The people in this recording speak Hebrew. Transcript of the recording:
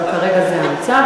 אבל כרגע זה המצב,